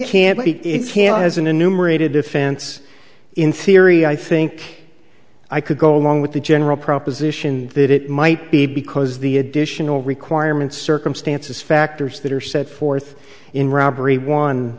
but it can as an enumerated offense in theory i think i could go along with the general proposition that it might be because the additional requirements circumstances factors that are set forth in robbery one